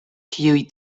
kiuj